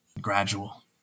gradual